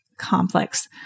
Complex